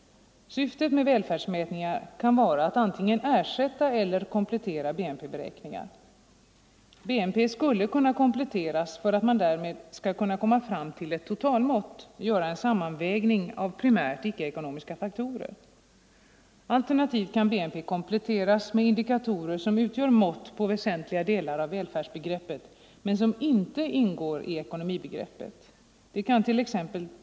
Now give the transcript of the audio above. Syftet med välfärdsmätningar kan vara att antingen ersätta eller komplettera BNP-beräkningar. BNP skulle kunna kompletteras så att man därmed skall kunna komma fram till ett totalmått, göra en sammanvägning av primärt ickeekonomiska faktorer. Alternativt kan BNP kompletteras med indikatorer som utgör mått på väsentliga delar av välfärdsbegreppet men som inte ingår i ekonomibegreppet. Det kant.ex.